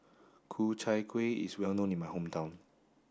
Ku Chai Kuih is well known in my hometown